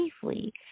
safely